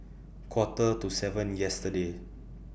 Quarter to seven yesterday